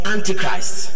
Antichrist